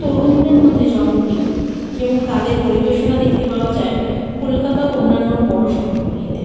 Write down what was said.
তরুণদের মধ্যে জনপ্রিয় এবং তাদের পরিবেশনা দেখতে পাওয়া যায় কলকাতা ও অন্যান্য বড়ো শহরগুলিতে